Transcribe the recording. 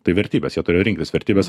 tai vertybės jie turėjo rinktis vertybes